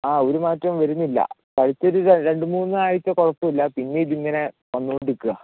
അ ഒരു മാറ്റവും വരുന്നില്ല പഴുത്തിട്ട് രണ്ടു മൂന്ന് ആഴ്ച ഇത് കുഴപ്പില്ല പിന്നെ ഇത് ഇങ്ങനെ വന്നു കൊണ്ടിരിക്കുവാണ്